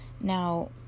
Now